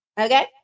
Okay